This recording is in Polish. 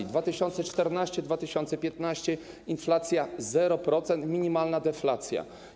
Lata 2014-2015 - inflacja wyniosła 0%, minimalna deflacja.